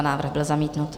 Návrh byl zamítnut.